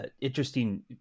interesting